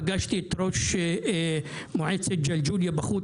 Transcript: פגשתי את ראש מועצת ג'לג'וליה בחוץ,